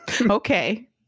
Okay